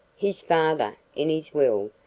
his father, in his will,